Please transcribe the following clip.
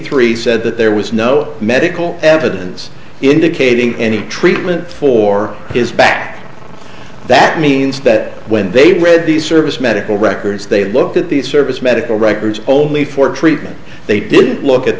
three said that there was no medical evidence indicating any treatment for his back that means that when they read these service medical records they looked at the service medical records only for treatment they didn't look at